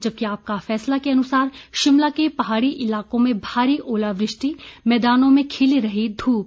जबकि आपका फैसला के अनुसार शिमला के पहाड़ी इलाकों में भारी ओलावृष्टि मैदानों में खिली रही धूप